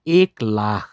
एक लाख